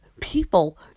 people